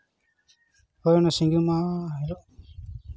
ᱦᱳᱭ ᱚᱱᱟ ᱥᱤᱸᱜᱤ ᱢᱟᱦᱟ ᱦᱤᱞᱳᱜ